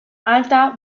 alta